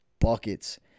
buckets